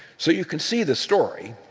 so you can see the story.